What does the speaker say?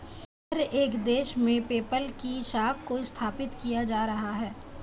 हर एक देश में पेपल की शाखा को स्थापित किया जा रहा है